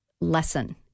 lesson